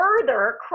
further